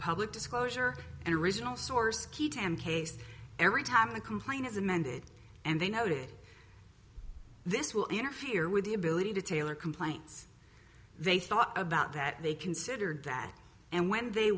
public disclosure and original source key temp case every time a complaint is amended and they noted this will interfere with the ability to tailor complaints they thought about that they considered that and when they